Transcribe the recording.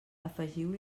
afegiu